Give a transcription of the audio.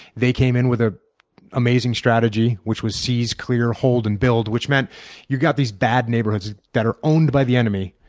they came in with an ah amazing strategy which was seize, clear, hold, and build. which meant you've got these bad neighborhoods that are owned by the enemy.